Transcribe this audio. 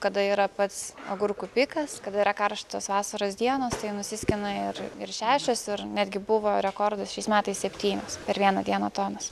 kada yra pats agurkų pikas kada yra karštos vasaros dienos tai nusiskina ir ir šešios ir netgi buvo rekordas šiais metais septynios per vieną dieną tonos